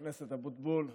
עד חמש דקות לרשותך.